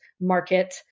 market